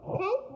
Okay